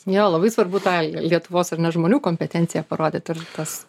jo labai svarbu tą lietuvos ar ne žmonių kompetenciją parodyt ir tas